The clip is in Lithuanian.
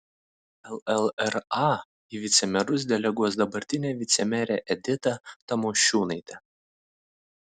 llra į vicemerus deleguos dabartinę vicemerę editą tamošiūnaitę